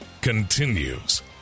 continues